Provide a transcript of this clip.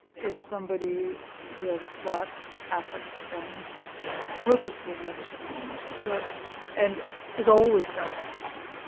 is somebody who has a flat affect and purposefully never shows any emotions so and is always calculated